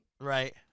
Right